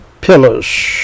pillars